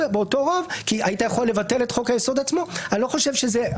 חברי הכנסת,